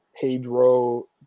Pedro